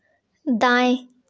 दाएँ